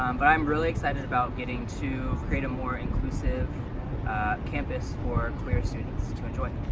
um but i'm really excited about getting to create a more inclusive campus for queer students to enjoy.